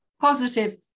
positive